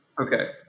Okay